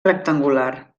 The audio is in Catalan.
rectangular